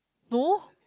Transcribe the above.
no